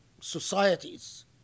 societies